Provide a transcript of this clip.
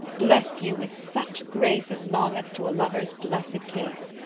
bless you with such grace as longeth to a lover's blessed case!